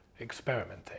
experimenting